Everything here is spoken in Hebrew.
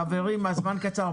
חברים, הזמן קצר.